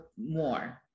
more